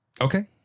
Okay